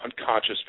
unconscious